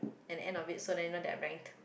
at the end of it so they know they're ranked